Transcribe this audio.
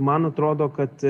man atrodo kad